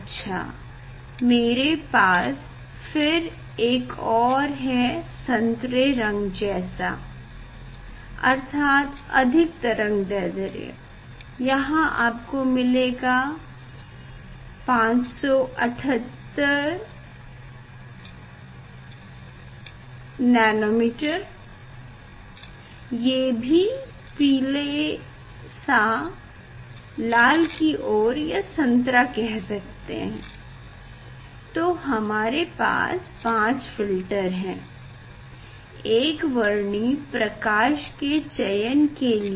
अच्छा मेरे पास फिर एक और है संतरे रंग जैसा अर्थात अधिक तरंगदैढ्र्य यहाँ आपको मिलेगा 578nm ये भी पीला सा लाल की और या संतरा कह सकते हैं तो हमारे पास 5 फ़िल्टर हैं एकवर्णी प्रकाश के चयन के लिए